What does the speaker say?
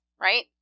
right